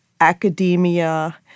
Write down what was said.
academia